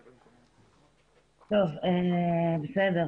טוב, בסדר.